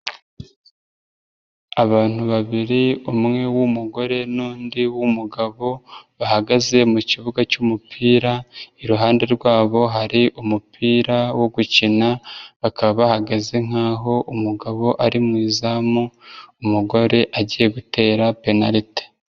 Abantu babiri umwe w'umugore n'undi w'umugabo bahagaze mu kibuga cy'umupira, iruhande rwabo hari umupira wo gukina bakaba bahagaze nkaho umugabo ari mu izamu umugore agiye gutera penalite.